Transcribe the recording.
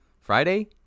Friday